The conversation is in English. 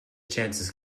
chances